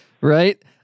Right